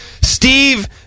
Steve